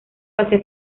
hacia